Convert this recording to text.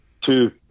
two